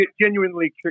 genuinely